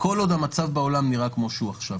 כל עוד המצב בעולם נראה כמו שהוא עכשיו.